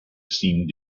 seemed